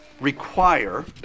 require